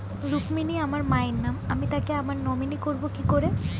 রুক্মিনী আমার মায়ের নাম আমি তাকে আমার নমিনি করবো কি করে?